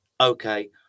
okay